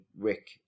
Rick